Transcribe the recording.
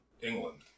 England